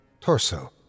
torso